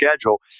schedule